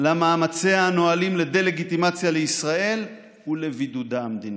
למאמציה הנואלים לדה-לגיטימציה של ישראל ולבידודה המדיני.